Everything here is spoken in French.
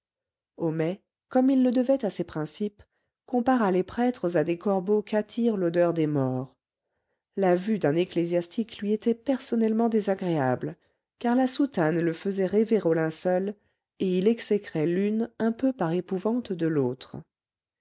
homais comme il le devait à ses principes compara les prêtres à des corbeaux qu'attire l'odeur des morts la vue d'un ecclésiastique lui était personnellement désagréable car la soutane le faisait rêver au linceul et il exécrait l'une un peu par épouvante de l'autre